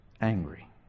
angry